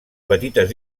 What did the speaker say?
petites